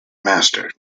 master